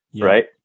right